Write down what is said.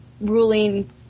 ruling